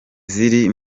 ziri